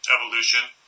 evolution